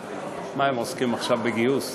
מה, הם עוסקים עכשיו בגיוס?